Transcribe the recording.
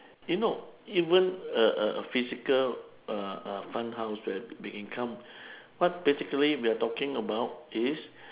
you know even a a physical uh uh fun house where we can come what basically we are talking about is